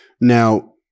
Now